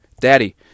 Daddy